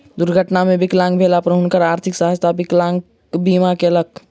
दुर्घटना मे विकलांग भेला पर हुनकर आर्थिक सहायता विकलांग बीमा केलक